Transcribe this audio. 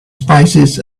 spices